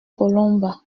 colomba